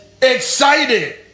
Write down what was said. excited